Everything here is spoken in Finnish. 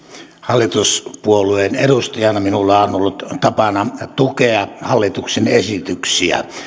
hallituspuolueen edustajana minulla on ollut tapana tukea hallituksen esityksiä ja